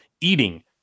eating